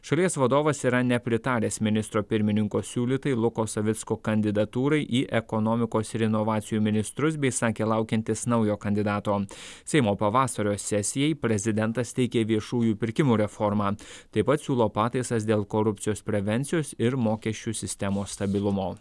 šalies vadovas yra nepritaręs ministro pirmininko siūlytai luko savicko kandidatūrai į ekonomikos ir inovacijų ministrus bei sakė laukiantis naujo kandidato seimo pavasario sesijai prezidentas teikė viešųjų pirkimų reformą taip pat siūlo pataisas dėl korupcijos prevencijos ir mokesčių sistemos stabilumo